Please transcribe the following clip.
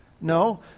No